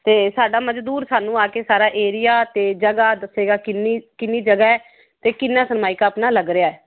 ਅਤੇ ਸਾਡਾ ਮਜ਼ਦੂਰ ਸਾਨੂੰ ਆ ਕੇ ਸਾਰਾ ਏਰੀਆ 'ਤੇ ਜਗ੍ਹਾ ਦੱਸੇਗਾ ਕਿੰਨੀ ਕਿੰਨੀ ਜਗ੍ਹਾ 'ਤੇ ਕਿੰਨਾ ਸਰਮਾਇਕਾ ਆਪਣਾ ਲੱਗ ਰਿਹਾ